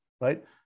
right